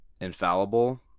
infallible